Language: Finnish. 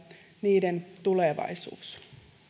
niiden tulevaisuus